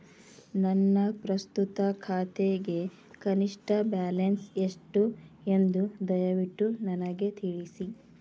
ನನ್ನ ಪ್ರಸ್ತುತ ಖಾತೆಗೆ ಕನಿಷ್ಟ ಬ್ಯಾಲೆನ್ಸ್ ಎಷ್ಟು ಎಂದು ದಯವಿಟ್ಟು ನನಗೆ ತಿಳಿಸಿ